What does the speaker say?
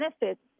benefits